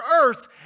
earth